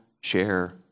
share